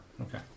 Okay